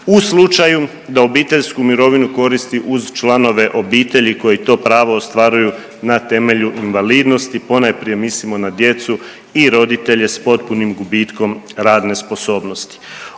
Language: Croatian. u slučaju da obiteljsku mirovinu koristi uz članove obitelji koji to pravo ostvaruju na temelju invalidnosti, ponajprije mislimo na djecu i roditelje s potpunim gubitkom radne sposobnosti.